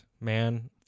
man